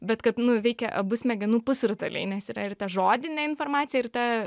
bet kad nu veikia abu smegenų pusrutuliai nes yra ir žodinė informacija ir ta